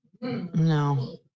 No